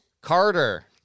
Carter